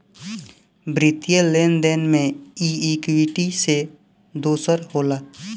वित्तीय लेन देन मे ई इक्वीटी से दोसर होला